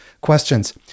questions